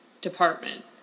department